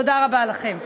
תודה רבה לכם.